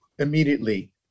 immediately